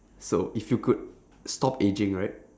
so if you could stop aging right